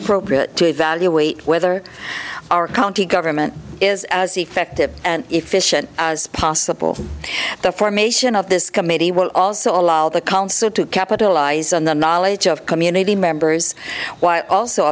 appropriate to evaluate whether our county government is as effective and efficient as possible the formation of this committee will also allow the council to capitalize on the knowledge of community members why also